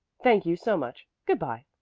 thank you so much. good-bye.